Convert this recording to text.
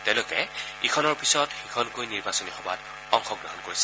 তেওঁলোকে ইখনৰ পিছত সিখনকৈ নিৰ্বাচনী সভাত অংশগ্ৰহণ কৰিছে